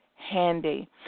handy